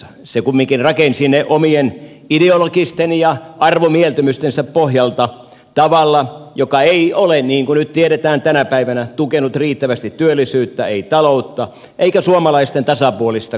se kumminkin rakensi ne omien ideologisten ja arvomieltymystensä pohjalta tavalla joka ei ole niin kuin nyt tiedetään tänä päivänä tukenut riittävästi työllisyyttä taloutta eikä suomalaisten tasapuolista kohtelua